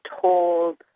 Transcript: told